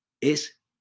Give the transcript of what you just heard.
es